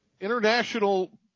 International